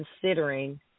considering